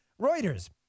Reuters